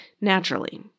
naturally